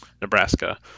nebraska